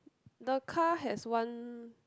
the car has one